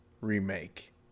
remake